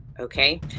Okay